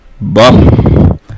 bum